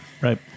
right